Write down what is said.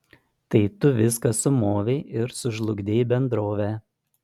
tai tu viską sumovei ir sužlugdei bendrovę